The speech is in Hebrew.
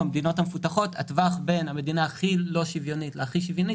במדינות המפותחות הטווח בין המדינה הכי לא שוויונית לבין הכי שוויונית